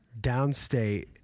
downstate